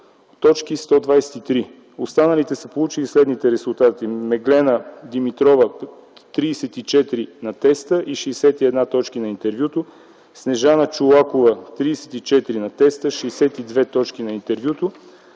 точки. Останалите са получили следните резултати: Меглена Димитрова: 34 точки на теста, и 61 точки на интервюто, Снежана Чолакова: 34 на теста, 62 точки на интервюто,